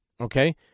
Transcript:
Okay